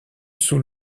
sous